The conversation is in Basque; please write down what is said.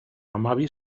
hamabi